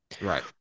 Right